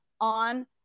on